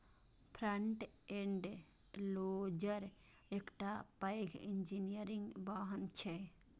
front end loader एकटा पैघ engineering वाहन छियै